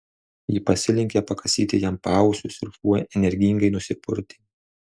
ji pasilenkė pakasyti jam paausius ir šuo energingai nusipurtė